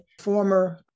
former